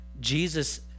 Jesus